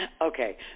Okay